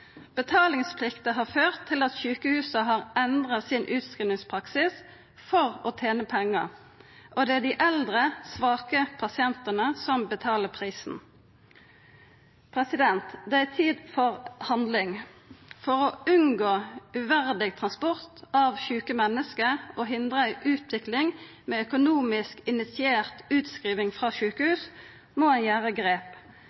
Betalingsplikta har ført til at sjukehusa har endra utskrivingspraksis for å tena pengar. Det er dei eldre, svake pasientane som betaler prisen. Det er tid for handling. For å unngå uverdig transport av sjuke menneske og hindra ei utvikling med økonomisk initiert utskriving frå